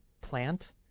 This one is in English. plant